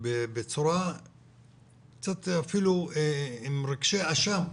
בצורה קצת אפילו עם רגשי אשם,